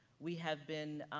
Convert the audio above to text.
we have been,